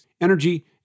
energy